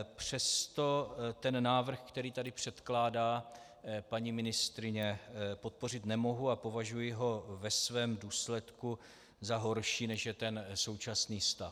Přesto ale návrh, který tady předkládá paní ministryně, podpořit nemohu a považuji ho ve svém důsledku za horší, než je ten současný stav.